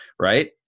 Right